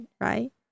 right